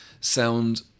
sound